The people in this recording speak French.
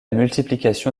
multiplication